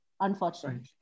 unfortunately